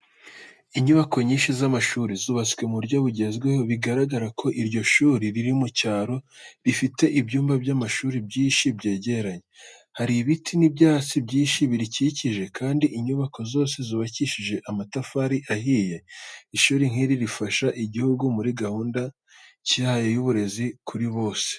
Inyubako nyinshi z’amashuri zubatse mu buryo bugezweho, bigaragara ko iryo shuri riri mu cyaro, rifite ibyumba by’amashuri byinshi byegeranye. Hari ibiti n'ibyatsi byinshi birikikije, kandi inyubako zose zubakishije amatafari ahiye. Ishuri nk’iri rifasha igihugu muri gahunda cyihaye y’uburezi kuri bose.